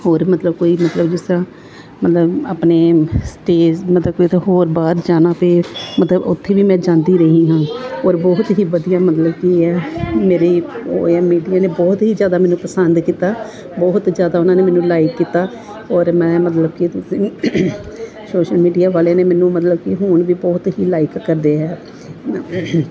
ਹੋਰ ਮਤਲਬ ਕੋਈ ਮਤਲਬ ਜਿਸ ਤਰ੍ਹਾਂ ਮਤਲਬ ਆਪਣੇ ਸਟੇਜ ਮਤਲਬ ਕਿ ਕਿਤੇ ਹੋਰ ਬਾਹਰ ਜਾਣਾ ਪਏ ਮਤਲਬ ਉੱਥੇ ਵੀ ਮੈਂ ਜਾਂਦੀ ਰਹੀ ਹਾਂ ਔਰ ਬਹੁਤ ਹੀ ਵਧੀਆ ਮਤਲਬ ਕੀ ਹੈ ਮੇਰੀ ਉਹ ਹੈ ਮੀਡੀਆ ਨੇ ਬਹੁਤ ਹੀ ਜ਼ਿਆਦਾ ਮੈਨੂੰ ਪਸੰਦ ਕੀਤਾ ਬਹੁਤ ਜ਼ਿਆਦਾ ਉਹਨਾਂ ਨੇ ਮੈਨੂੰ ਲਾਈਕ ਕੀਤਾ ਔਰ ਮੈਂ ਮਤਲਬ ਕਿ ਤੁਸੀਂ ਸੋਸ਼ਲ ਮੀਡੀਆ ਵਾਲਿਆਂ ਨੇ ਮੈਨੂੰ ਮਤਲਬ ਕਿ ਹੁਣ ਵੀ ਬਹੁਤ ਹੀ ਲਾਈਕ ਕਰਦੇ ਹੈ